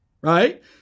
Right